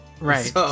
right